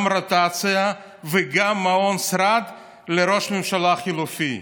גם רוטציה וגם מעון שרד לראש ממשלה חלופי.